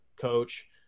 coach